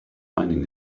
finding